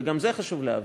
וגם את זה חשוב להבין,